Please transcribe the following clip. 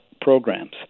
programs